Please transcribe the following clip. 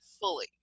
fully